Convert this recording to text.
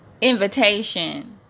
invitation